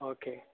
okay